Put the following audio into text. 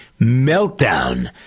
meltdown